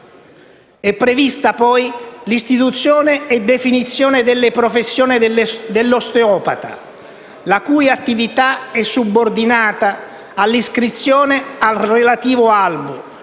È prevista poi l'istituzione e la definizione della professione dell'osteopata, la cui attività è subordinata all'iscrizione al relativo albo,